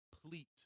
complete